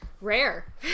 Rare